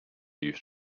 used